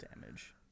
damage